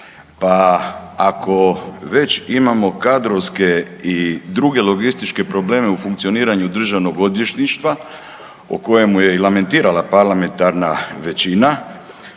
pa ako već imamo kadrovske i druge logističke probleme u funkcioniranju državnog odvjetništva o kojemu je i lamentirala parlamentarna većina,